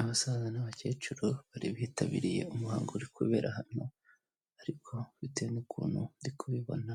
Abasaza n'abakecuru bari bitabiriye umuhango uri kubera hano ariko bitewe n'ukuntu ndi kubibona,